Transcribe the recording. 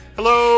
Hello